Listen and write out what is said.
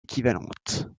équivalentes